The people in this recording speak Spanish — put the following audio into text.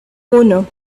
uno